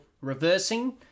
reversing